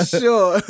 sure